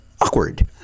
awkward